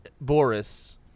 Boris